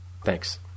Thanks